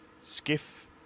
skiff